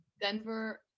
Denver